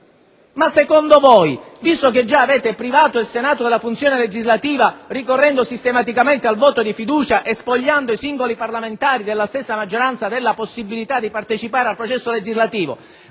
maggioranza ha già privato il Senato della funzione legislativa - ricorrendo sistematicamente al voto di fiducia e spogliando i singoli parlamentari della stessa maggioranza della possibilità di partecipare al processo legislativo